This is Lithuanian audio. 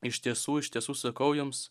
iš tiesų iš tiesų sakau jums